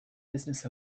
business